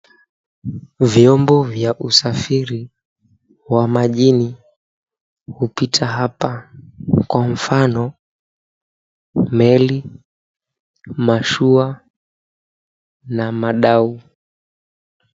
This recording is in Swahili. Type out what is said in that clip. Vyombo vya usafiri wa majini hupita hapa. Kwa mfano, meli, mashua na madau.